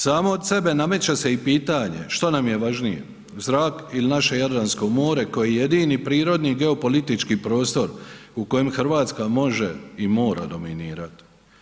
Samo od sebe nameće se i pitanje što nam je važnije zrak ili naše Jadransko more koje je jedini prirodni geopolitički prostor u kojem Hrvatska može i mora dominirati.